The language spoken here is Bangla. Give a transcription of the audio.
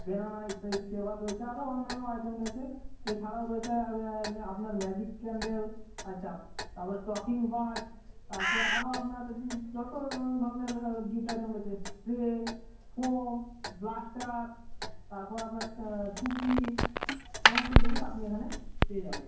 ব্যানানা ইত্যাদি ফ্লেভার রয়েছে আরও অন্যান্য আইটেম রয়েছে এছাড়াও রয়েছে আপনার ম্যাজিক ক্যান্ডেল আচ্ছা তার পরে টকিং বার্ড তারপর আরও আপনার যত ধরনের গিফট আইটেম রয়েছে স্প্রে ফোম ব্লাস্টার তারপর আপনার টুপি সমস্ত জিনিস আপনি এখানে পেয়ে যাবেন